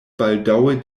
baldaŭe